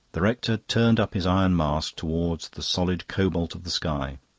the rector turned up his iron mask towards the solid cobalt of the sky.